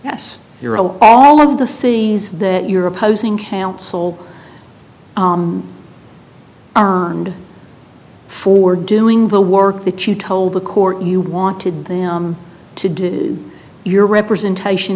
yes all of the things that your opposing counsel and for doing the work that you told the court you wanted them to do your representation